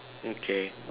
okay